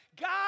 God